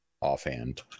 offhand